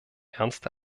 ernste